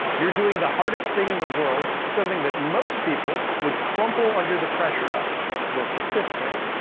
you're doing the hardest thing in the world, something that most people would crumple under the pressure of you're persisting.